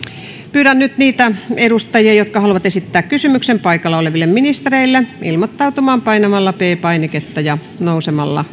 pyydän nyt niitä edustajia jotka haluavat esittää kysymyksen paikalla oleville ministereille ilmoittautumaan painamalla p painiketta ja nousemalla